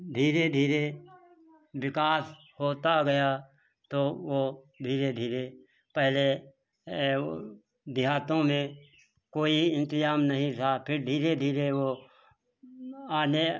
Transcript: धीरे धीरे विकास होता गया तो वो धीरे धीरे पहले देहातों में कोई इंतिज़ाम नहीं था फिर धीरे धीरे वो आने